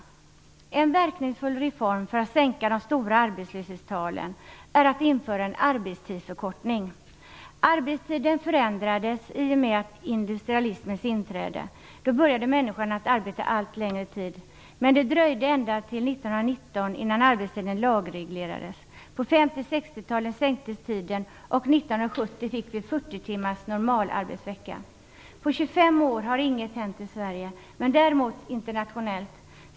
En verkningsfull reform för att sänka de stora arbetslöshetstalen är att införa en arbetstidsförkortning. Arbetstiden förändrades i och med industrialismens inträde. Då började människorna att arbeta allt längre tid. Det dröjde ända till 1919 innan arbetstiden lagreglerades. På 50 och 60-talen sänktes tiden, och 1970 fick vi 40-timmars normalarbetsvecka. På 25 år har inget hänt på detta område i Sverige men däremot internationellt.